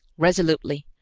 resolutely,